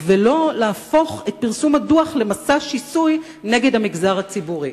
ולא להפוך את פרסום הדוח למסע שיסוי נגד המגזר הציבורי.